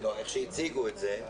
איך שהציגו את זה...